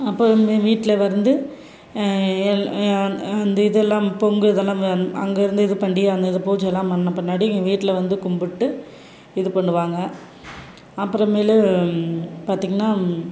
அப்போ இது மாரி வீட்டில் வந்து அந்த இதெல்லாம் பொங்கல் இதெல்லாம் அங்கேருந்து இது பண்ணி அந்த இது பூஜைலாம் பண்ண பின்னாடி எங்கள் வீட்டில் வந்து கும்பிட்டு இது பண்ணுவாங்க அப்புறமேலு பார்த்திங்கனா